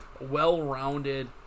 well-rounded